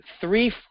three